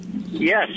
Yes